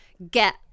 get